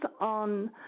on